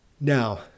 Now